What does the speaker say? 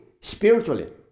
spiritually